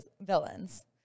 villains